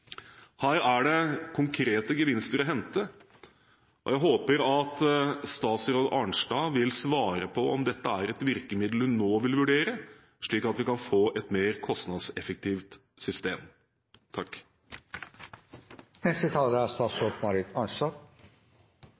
Her er det konkrete gevinster å hente. Jeg håper at statsråd Arnstad vil svare på om dette er et virkemiddel hun nå vil vurdere, slik at vi kan få et mer kostnadseffektivt system. Riksrevisjonens Dokument 3:5 om bompengeforvaltningen viser at det er